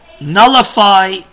nullify